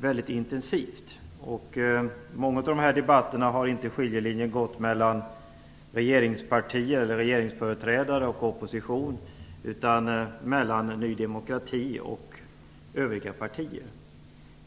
väldigt intensivt. I många av debatterna har skiljelinjen inte gått mellan regeringsföreträdare och opposition utan mellan Ny demokrati och övriga partier.